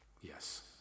yes